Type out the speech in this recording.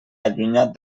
allunyat